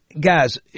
guys